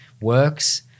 works